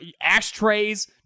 ashtrays